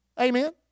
Amen